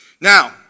Now